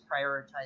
prioritize